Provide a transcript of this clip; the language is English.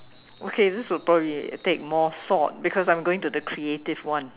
okay this will probably take more thought because I'm going to the creative one